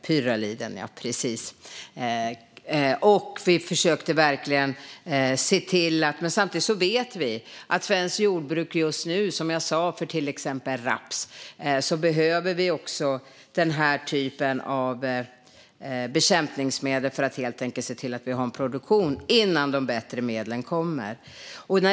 Samtidigt vet vi, som jag sa, att svenskt jordbruk just nu behöver den här typen av bekämpningsmedel, till exempel för raps, för att se till att vi har en produktion innan de bättre medlen kommer.